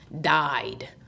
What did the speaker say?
died